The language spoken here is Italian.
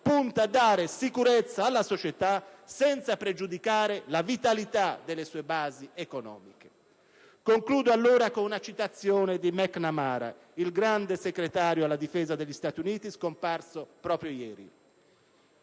punta a dare sicurezza alla società, senza pregiudicare la vitalità delle sue basi economiche. Concludo allora con una citazione di McNamara, il grande Segretario alla Difesa degli Stati Uniti scomparso proprio ieri.